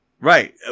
right